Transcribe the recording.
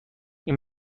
این